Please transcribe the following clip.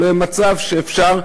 שלא יהיה מצב שאפשר,